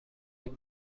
این